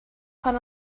fan